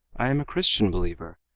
i am a christian believer.